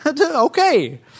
Okay